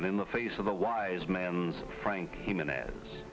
and in the face of the wise man's frank human a